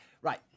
Right